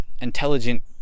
intelligent